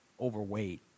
overweight